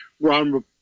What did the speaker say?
Ron